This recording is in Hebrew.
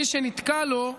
מי שנתקע לו,